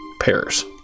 pairs